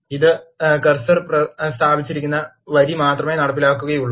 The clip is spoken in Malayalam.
ഇത് കഴ് സർ സ്ഥാപിച്ചിരിക്കുന്ന വരി മാത്രമേ നടപ്പിലാക്കുകയുള്ളൂ